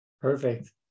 Perfect